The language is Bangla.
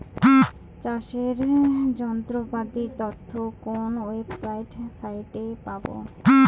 চাষের যন্ত্রপাতির তথ্য কোন ওয়েবসাইট সাইটে পাব?